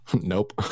Nope